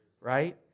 right